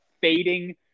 fading